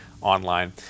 Online